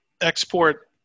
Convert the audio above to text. export